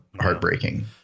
heartbreaking